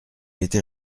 était